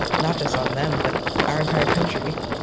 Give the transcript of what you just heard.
not just on them, but our entire country.